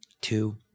two